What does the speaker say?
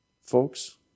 Folks